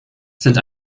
sind